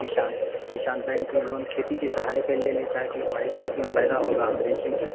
किसान किसान बैंक के लोन खेती के सहारे पे ले लेता है कि हमारे खेत में पैदा होगा हम बेचेंगे